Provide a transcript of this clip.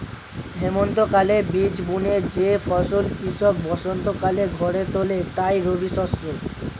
হেমন্তকালে বীজ বুনে যে ফসল কৃষক বসন্তকালে ঘরে তোলে তাই রবিশস্য